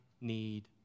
need